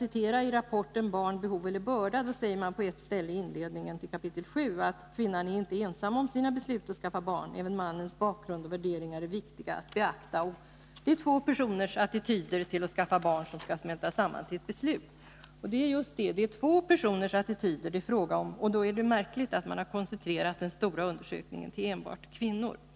I rapporten ”Barn — behov eller börda?” säger man på ett ställe i inledningen till kap. 7 att ”kvinnan är inte ensam om sina beslut att skaffa barn, även mannens bakgrund och värderingar är viktiga och beakta. —=-—- Två personers attityder till att skaffa barn skall smälta samman till ett beslut.” Just det. Det är två personers attityder det är fråga om, och därför är det märkligt att man har koncentrerat den stora undersökningen till enbart Nr 94 kvinnor.